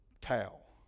towel